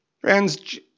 Friends